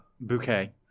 bouquet